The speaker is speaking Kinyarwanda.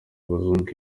abazungu